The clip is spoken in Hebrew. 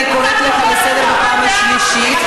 אני קוראת אותך לסדר פעם שלישית.